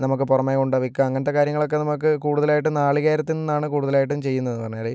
നമുക്ക് പുറമേ കൊണ്ടുപോയി വിൽക്കാം അങ്ങനത്തെ കാര്യങ്ങളൊക്കെ നമുക്ക് കൂടുതലായിട്ടും നാളികേരത്തിൽ നിന്നാണ് കൂടുതലായിട്ടും ചെയ്യുന്നതെന്ന് പറഞ്ഞാല്